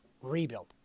rebuild